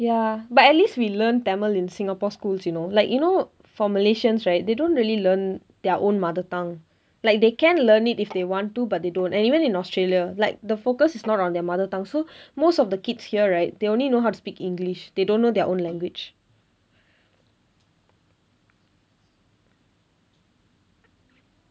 ya but at least we learnt tamil in singapore schools you know like you know for malaysians right they don't really learn their own mother tongue like they can learn it if they want to but they don't and even in australia like the focus is not on their mother tongue so most of the kids here right they only know how to speak english they don't know their own language